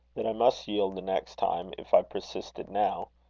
that i must yield the next time, if i persisted now.